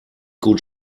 gut